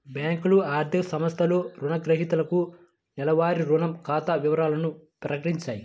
బ్యేంకులు, ఆర్థిక సంస్థలు రుణగ్రహీతలకు నెలవారీ రుణ ఖాతా వివరాలను ప్రకటిత్తాయి